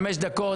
חמש דקות.